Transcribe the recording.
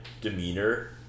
demeanor